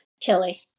chili